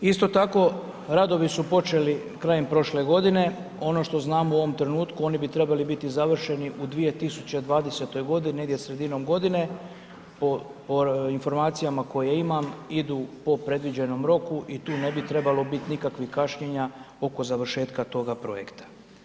Isto tako, radovi su počeli krajem prošle godine, ono što znamo u ovom trenutku, oni bi trebali biti završeni u 2020. g. negdje sredinom godine, po informacijama, koje imam, idu po predviđenom roku, i tu ne bi trebalo biti nikakvog kašnjenja oko završetka toga projekta.